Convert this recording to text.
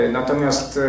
Natomiast